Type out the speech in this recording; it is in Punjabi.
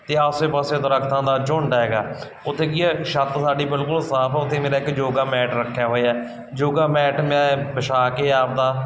ਅਤੇ ਆਸੇ ਪਾਸੇ ਦਰੱਖਤਾਂ ਦਾ ਝੁੰਡ ਹੈਗਾ ਉੱਥੇ ਕੀ ਹੈ ਛੱਤ ਸਾਡੀ ਬਿਲਕੁਲ ਸਾਫ਼ ਆ ਉੱਥੇ ਮੇਰਾ ਇੱਕ ਯੋਗਾ ਮੈਟ ਰੱਖਿਆ ਹੋਇਆ ਯੋਗਾ ਮੈਟ ਮੈਂ ਵਿਛਾ ਕੇ ਆਪਣਾ